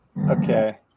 Okay